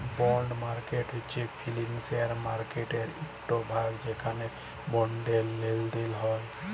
বল্ড market হছে financial মার্কেটের ইকট ভাগ যেখালে বল্ডের লেলদেল হ্যয়